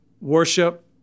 Worship